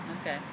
Okay